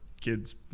kids